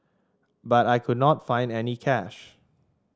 but I could not find any cash